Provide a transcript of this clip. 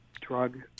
drug